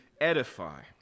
edify